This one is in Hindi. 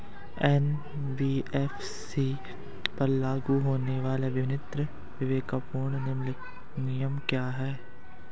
एन.बी.एफ.सी पर लागू होने वाले विभिन्न विवेकपूर्ण नियम क्या हैं?